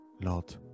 Lord